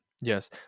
Yes